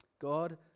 God